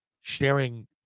sharing